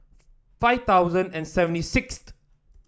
five thousand and seventy sixth